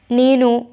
నేను